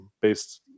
based